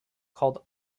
called